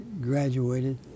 graduated